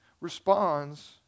responds